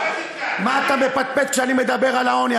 מה אתה מפטפט כשאני מדבר על העוני?